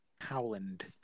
Howland